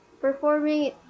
performing